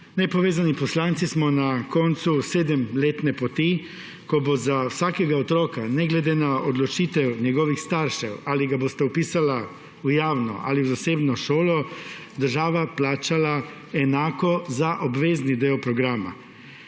Nepovezani poslanci smo na koncu sedemletne poti, ko bo za vsakega otroka ne glede na odločitev njegovih staršev, ali ga bosta vpisala v javno ali zasebno šolo, država plačala enako za obvezni del programa.